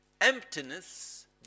emptiness